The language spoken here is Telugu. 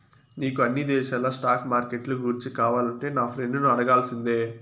నీకు అన్ని దేశాల స్టాక్ మార్కెట్లు గూర్చి కావాలంటే నా ఫ్రెండును అడగాల్సిందే